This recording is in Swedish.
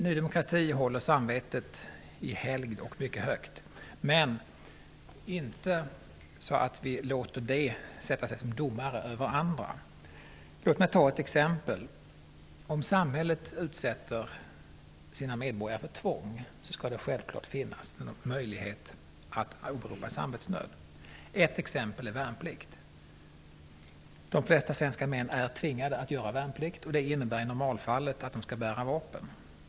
Ny demokrati håller samvetet i helgd och mycket högt, men inte så att vi låter det sätta sig som domare över andra. Låt mig ta ett exempel. Om samhället utsätter sina medborgare för tvång skall det självklart finnas möjlighet att åberopa samvetsnöd. Ett exempel är värnplikt. De flesta svenska män är tvingade att göra värnplikt och det innehär i normalfallet att de skall bära vapen.